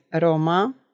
Roma